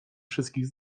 wszystkich